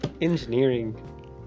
Engineering